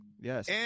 Yes